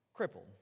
crippled